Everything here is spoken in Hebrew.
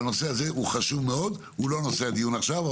זה נושא חשוב מאוד, אבל זה לא נושא הדיון עכשיו.